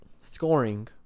scoring